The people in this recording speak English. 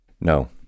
No